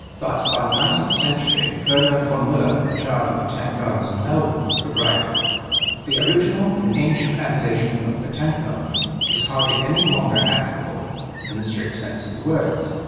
but by the nineteenth century, ferdinand von mueller, in charge of the botanic gardens in melbourne, could write the original and ancient appellation of botanic garden is hardly any longer applicable in the strict sense of the words,